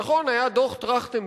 נכון, היה דוח-טרכטנברג.